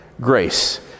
Grace